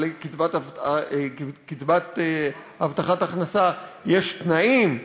אבל לקצבת הבטחת הכנסה יש תנאים,